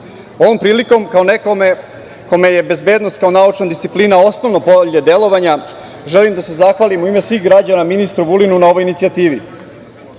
prilikom kao nekome kome je bezbednost kao naučna disciplina osnovno polje delovanja, želim da se zahvalim u ime svih građana ministru Vulinu na ovoj inicijativi. Takođe,